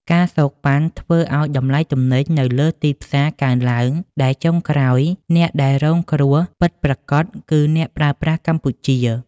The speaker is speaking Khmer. ការសូកប៉ាន់ ធ្វើឱ្យតម្លៃទំនិញនៅលើទីផ្សារកើនឡើង ដែលចុងក្រោយអ្នកដែលរងគ្រោះពិតប្រាកដគឺអ្នកប្រើប្រាស់កម្ពុជា។